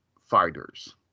fighters